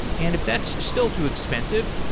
and if that's still too expensive,